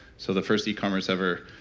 so the first e-commerce ever,